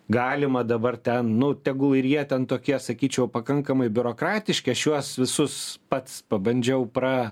galima dabar ten nu tegul ir jie ten tokie sakyčiau pakankamai biurokratiški aš juos visus pats pabandžiau pra